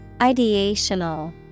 Ideational